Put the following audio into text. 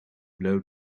blow